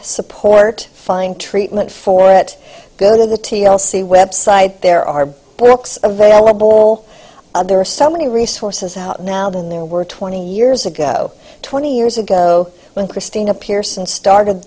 support find treatment for it go to the t l c website there are books available there are so many resources out now than there were twenty years ago twenty years ago when christina pearson started